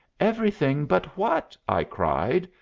everything but what? i cried,